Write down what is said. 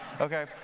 okay